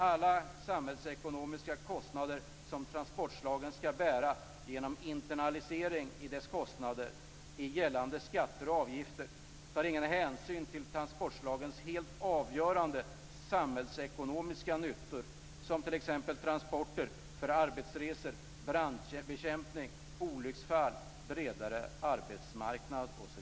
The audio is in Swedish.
I de samhällsekonomiska kostnader som transportslagen skall bära genom "internalisering" av dessa kostnader i gällande skatter och avgifter tas inte hänsyn till transportslagens helt avgörande samhällsekonomiska nyttor, t.ex. transporter för arbetsresor, brandbekämpning, olycksfall, bredare arbetsmarknad.